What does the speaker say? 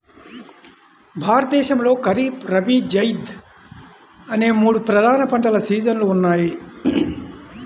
భారతదేశంలో ఖరీఫ్, రబీ, జైద్ అనే మూడు ప్రధాన పంటల సీజన్లు ఉన్నాయి